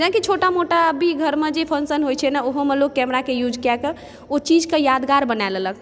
जेनाकि छोटा मोटा भी घरमे जे फ़ंक्शन होइ छै ने ओहोमे लोक कैमरा के यूज़ कए कऽ ओ चीज के यादगार बना लेलक